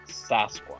Sasquatch